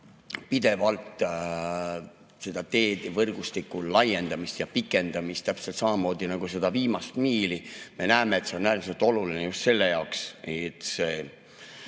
pidevalt teevõrgustiku laiendamist ja pikendamist, täpselt samamoodi nagu seda viimast miili. Me näeme, et see on äärmiselt oluline just selle jaoks,